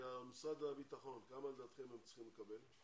משרד הביטחון, כמה, לדעתכם, הם צריכים לקבל?